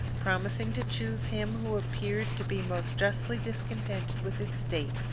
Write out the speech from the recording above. promising to choose him who appeared to be most justly discontented with his state,